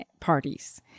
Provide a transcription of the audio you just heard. parties